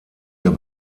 der